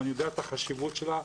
אני יודע את החשיבות שלה.